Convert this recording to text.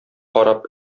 карап